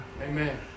Amen